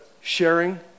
sharing